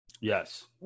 Yes